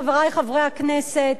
חברי חברי הכנסת,